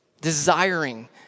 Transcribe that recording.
desiring